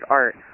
art